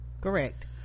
correct